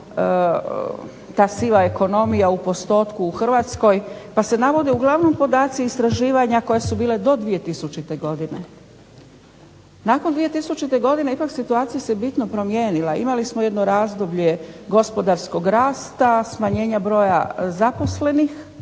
ta siva ekonomija u postotku u Hrvatskoj, pa se navode uglavnom podaci istraživanja koja su bile do 2000. godine. Nakon 2000. godine ipak situacija se bitno promijenila. Imali smo jedno razdoblje gospodarskog rasta, smanjenja broja zaposlenih,